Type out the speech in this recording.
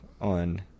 on